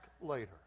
later